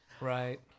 Right